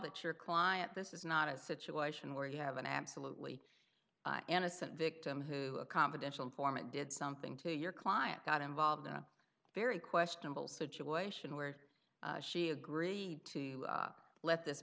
that your client this is not a situation where you have an absolutely innocent victim who a confidential informant did something to your client got involved very questionable situation where she agreed to let this